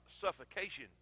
suffocation